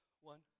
one